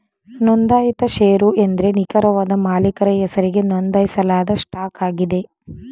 ನೊಂದಾಯಿತ ಶೇರು ಎಂದ್ರೆ ನಿಖರವಾದ ಮಾಲೀಕರ ಹೆಸರಿಗೆ ನೊಂದಾಯಿಸಲಾದ ಸ್ಟಾಕ್ ಆಗಿದೆ